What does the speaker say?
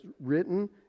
written